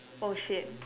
oh shit